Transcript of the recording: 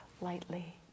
lightly